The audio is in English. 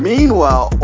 Meanwhile